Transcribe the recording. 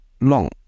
long